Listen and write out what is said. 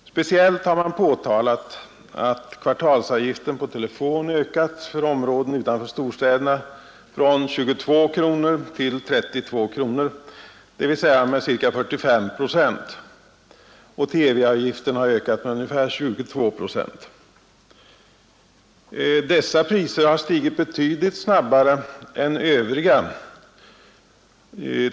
Speciellt har man påtalat att kvartalsavgiften på telefon ökat för områden utanför storstäderna från 22 kronor till 32 kronor, dvs. med ca 45 procent. TV-avgiften har ökat med ungefär 22 procent. Dessa priser har stigit betydligt snabbare än övriga.